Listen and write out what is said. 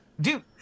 dude